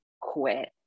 quit